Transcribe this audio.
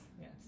yes